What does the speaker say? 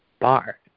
bar